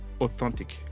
authentic